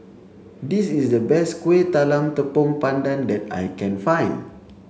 this is the best Kuih Talam Tepong Pandan that I can find